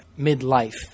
midlife